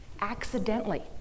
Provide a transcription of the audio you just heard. accidentally